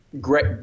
great